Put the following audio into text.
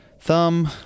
thumb